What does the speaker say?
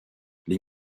les